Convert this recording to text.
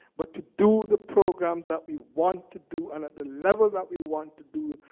but to do the programs that we want to do and at the level that we want to do,